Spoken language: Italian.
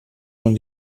non